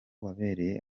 wabereye